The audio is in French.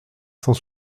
cent